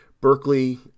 Berkeley